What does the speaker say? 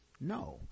No